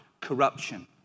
corruption